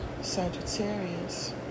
Sagittarius